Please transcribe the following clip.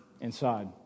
inside